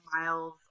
Miles